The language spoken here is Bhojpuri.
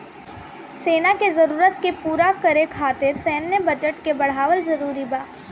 सेना के जरूरत के पूरा करे खातिर सैन्य बजट के बढ़ावल जरूरी बा